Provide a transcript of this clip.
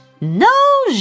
no